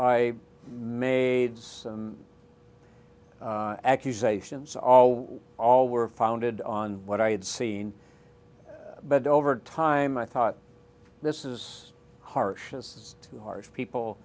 i made some accusations all we all were founded on what i had seen but over time i thought this is harsh is too harsh people